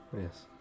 Yes